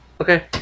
Okay